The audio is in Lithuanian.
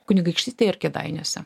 kunigaikštystėj ir kėdainiuose